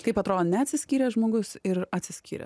kaip atrodo ne atsiskyręs žmogus ir atsiskyrę